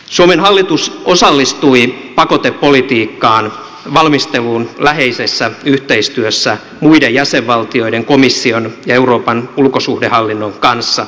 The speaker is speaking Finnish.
suomen hallitus osallistui pakotepolitiikan valmisteluun läheisessä yhteistyössä muiden jäsenvaltioiden komission ja euroopan ulkosuhdehallinnon kanssa